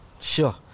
Sure